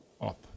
up